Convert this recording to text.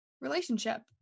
relationship